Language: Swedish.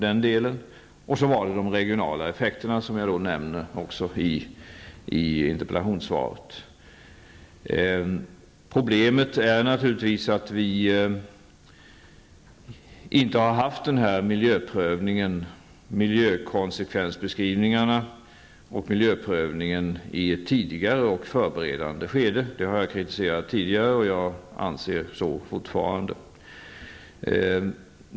Sedan var det de regionala effekterna som jag också nämner i interpellationssvaret. Problemet är naturligtvis att vi inte har haft den här miljöprövningen och miljökonsekvensbeskrivningen i ett tidigare och förberedande skede. Det har jag kritiserat tidigare, och jag anser fortfarande det.